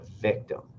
victim